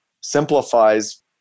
simplifies